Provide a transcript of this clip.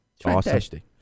fantastic